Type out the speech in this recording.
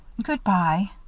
good-by.